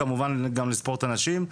כמובן גם לספורט הנשים.